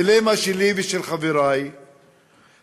הדילמה שלי ושל חברי הייתה,